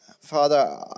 Father